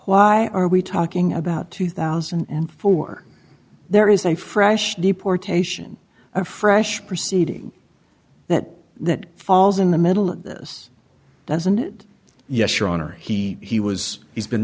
why are we talking about two thousand and four there is a fresh deportation a fresh proceeding that that falls in the middle of this doesn't it yes your honor he he was he's been